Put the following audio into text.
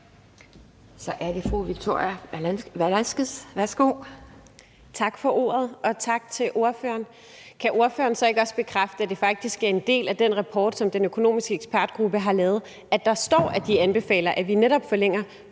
Kl. 10:16 Victoria Velasquez (EL): Tak for ordet, og tak til ordføreren. Kan ordføreren så ikke også bekræfte, at der faktisk som en del af den rapport, som den økonomiske ekspertgruppe har lavet, står, at de anbefaler, at vi netop forlænger